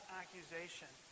accusation